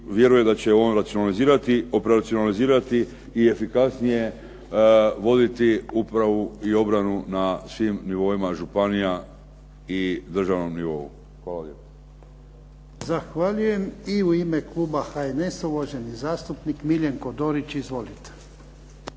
racionalizirati, operacionalizirati i efikasnije voditi upravu i obranu na svim nivoima županija i državnom nivou. Hvala lijepo. **Jarnjak, Ivan (HDZ)** Zahvaljujem. I u ime kluba HNS-a, uvaženi zastupnik Miljenko Dorić. Izvolite.